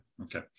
okay